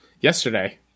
yesterday